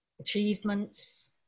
achievements